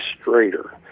straighter